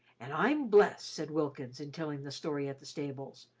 an' i'm blessed, said wilkins, in telling the story at the stables,